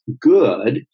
good